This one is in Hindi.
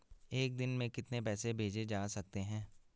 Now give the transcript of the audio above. एक दिन में कितने पैसे भेजे जा सकते हैं?